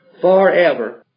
forever